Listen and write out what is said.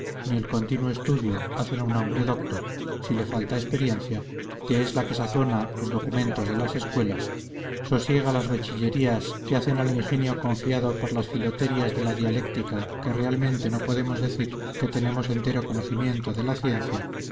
ni el continuo estudio hacen a un hombre docto si le falta experiencia que es la que sazona los documentos de las escuelas sosiega las bachillerías que hacen al ingenio confiado por las filoterias de la dialéctica que realmente no podemos decir que tenemos entero conocimiento de la ciencia